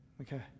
okay